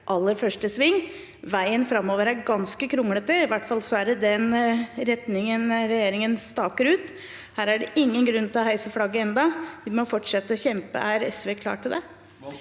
aller første sving. Veien framover er ganske kronglete – i hvert fall i den retningen regjeringen staker ut. Her er det ingen grunn til å heise flagget ennå. Vi må fortsette å kjempe. Er SV klare for det?